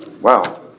Wow